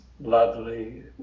lovely